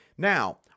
Now